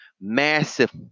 massive